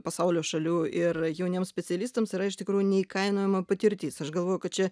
pasaulio šalių ir jauniems specialistams yra iš tikrųjų neįkainojama patirtis aš galvoju kad čia